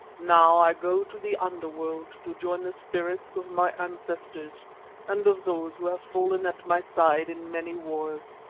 now i go to the underworld to join the spirits of my ancestors and of those who have fallen at my side in many wars,